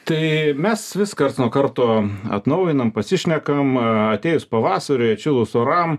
tai mes vis karts nuo karto atnaujinam pasišnekam atėjus pavasariui atšilus oram